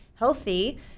healthy